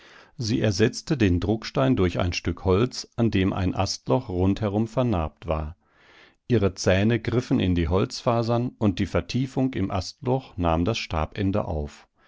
sie ersetzte den druckstein durch ein stück holz an dem ein astloch rundherum vernarbt war ihre zähne griffen in die holzfasern und die vertiefung im astloch nahm das stabende auf